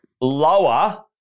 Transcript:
lower